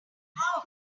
how